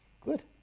Good